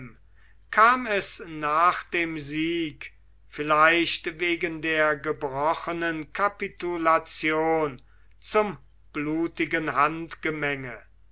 kam es nach dem sieg vielleicht wegen der gebrochenen kapitulation zum blutigen handgemenge